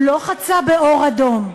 הוא לא חצה באור אדום,